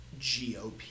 GOP